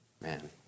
Man